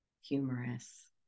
humorous